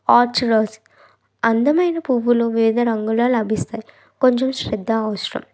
ఆర్చురస్ అందమైన పువ్వులు వివిధ రంగుల్లో లభిస్తాయి కొంచెం శ్రద్ద అవసరం